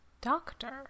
Doctor